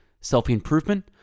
Self-improvement